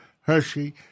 Hershey